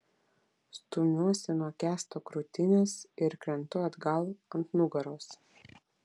stumiuosi nuo kęsto krūtinės ir krentu atgal ant nugaros